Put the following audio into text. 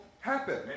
happen